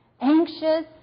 anxious